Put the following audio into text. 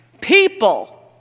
People